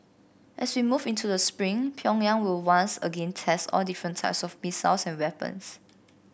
as we move into the spring Pyongyang will once again test all different types of missiles and weapons